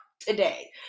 today